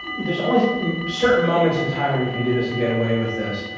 there's always certain moments in time where you can do this and get away with this.